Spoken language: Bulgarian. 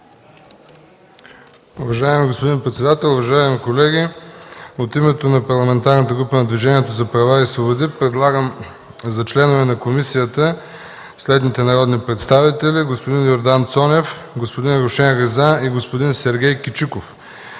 Уважаеми господин председател, уважаеми колеги! От името на Парламентарната група на Движението за права и свободи предлагам за членове на комисията следните народни представители: господин Йордан Цонев, господин Рушен Риза и господин Сергей Кичиков.